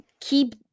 Keep